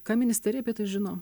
ką ministerija apie tai žino